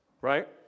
right